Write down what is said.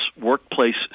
workplace